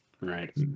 right